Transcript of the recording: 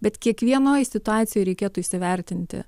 bet kiekvienoj situacijoj reikėtų įsivertinti